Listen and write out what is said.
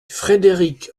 frédéric